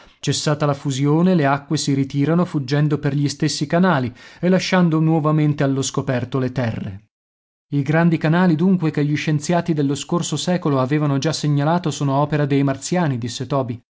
pianure cessata la fusione le acque si ritirano fuggendo per gli stessi canali e lasciando nuovamente allo scoperto le terre i grandi canali dunque che gli scienziati dello scorso secolo avevano già segnalato sono opera dei martiani disse toby